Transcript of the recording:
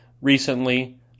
recently